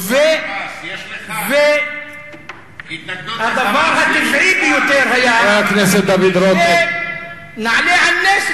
בצורה הברורה ביותר, כדי להוות אלטרנטיבה.